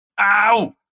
Ow